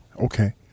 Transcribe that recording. Okay